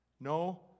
No